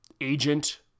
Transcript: agent